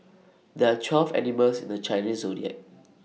there are twelve animals in the Chinese Zodiac